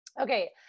Okay